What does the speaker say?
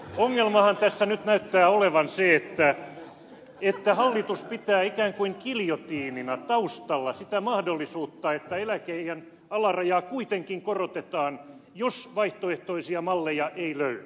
ongelmahan tässä nyt näyttää olevan se että hallitus pitää ikään kuin giljotiinina taustalla sitä mahdollisuutta että eläkeiän alarajaa kuitenkin korotetaan jos vaihtoehtoisia malleja ei löydy